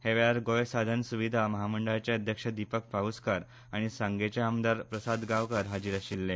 ह्या वेळार गोंय साधन सुविधा म्हामंडळाचे अध्यक्ष दीपक पाऊसकार आनी सांगेंचे आमदार प्रसाद गांवकार हाजीर आसले